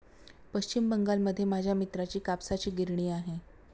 पश्चिम बंगालमध्ये माझ्या मित्राची कापसाची गिरणी आहे